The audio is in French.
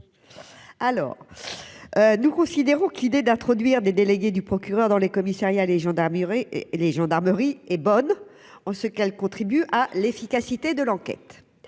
Assassi. Nous considérons que l'idée d'introduire des délégués du procureur dans les commissariats et les gendarmeries est bonne, car cette mesure contribue à l'efficacité de l'enquête.